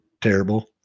terrible